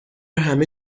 همه